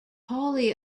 pauli